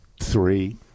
three